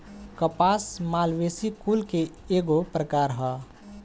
कपास मालवेसी कुल के एगो प्रकार ह